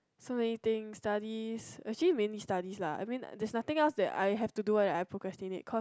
so many things studies actually mainly studies lah I mean there is nothing else that I have to do when I procrastinate because